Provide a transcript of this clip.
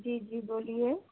जी जी बोलिए